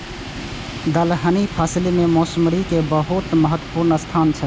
दलहनी फसिल मे मौसरी के बहुत महत्वपूर्ण स्थान छै